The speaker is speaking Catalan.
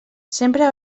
sempre